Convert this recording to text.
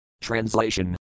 Translation